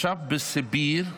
ישב בסיביר כעונש,